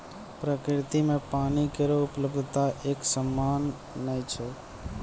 प्रकृति म पानी केरो उपलब्धता एकसमान नै छै